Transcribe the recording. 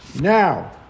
Now